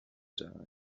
die